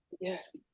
Yes